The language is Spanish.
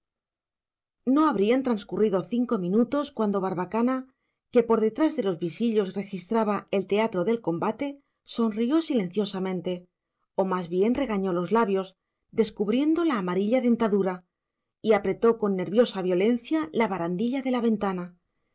no habrían transcurrido cinco minutos cuando barbacana que por detrás de los visillos registraba el teatro del combate sonrió silenciosamente o más bien regañó los labios descubriendo la amarilla dentadura y apretó con nerviosa violencia la barandilla de la ventana